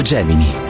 Gemini